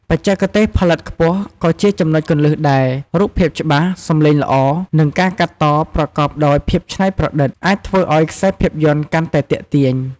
បច្ចេកទេសផលិតខ្ពស់ក៏ជាចំណុចគន្លឹះដែរ រូបភាពច្បាស់ សម្លេងល្អ និងការកាត់តប្រកបដោយភាពច្នៃប្រឌិត អាចធ្វើឱ្យខ្សែភាពយន្តកាន់តែទាក់ទាញ។